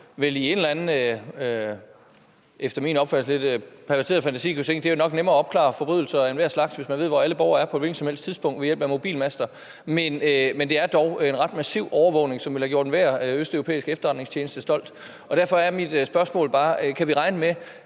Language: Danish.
at man i en efter min opfattelse lidt perverteret fantasi kunne tænke, at det nok er nemmere at opklare forbrydelser af enhver slags, hvis man ved, hvor alle borgere er på et hvilket som helst tidspunkt, ved hjælp af mobilmaster. Men det er dog en ret massiv overvågning, som ville have gjort enhver østeuropæisk efterretningstjeneste stolt, og derfor er mit spørgsmål bare: Kan vi regne med,